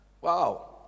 Wow